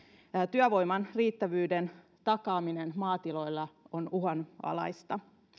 työvoiman riittävyyden takaaminen maatiloilla on uhanalaista